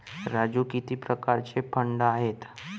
राजू किती प्रकारचे फंड आहेत?